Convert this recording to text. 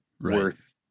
worth